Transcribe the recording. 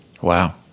Wow